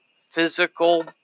physical